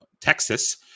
Texas